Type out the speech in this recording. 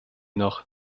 noch